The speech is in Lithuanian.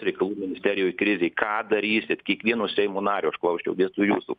reikalų ministerijoj krizė ką darysit kiekvieno seimo nario aš klausčiau vietoj jūsų